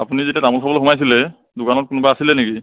আপুনি যেতিয়া তামোল খাবলৈ সোমাইছিলে দোকানত কোনোবা আছিলে নেকি